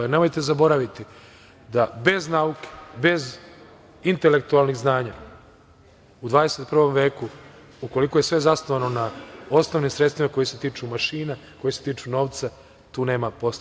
Nemojte zaboraviti da bez nauke, bez intelektualnih znanja u 21. veku, ukoliko je sve zasnovano na osnovnim sredstvima koja se tiču mašina, koja se tiču novca, tu nema posla.